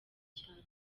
cyane